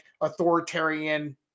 authoritarian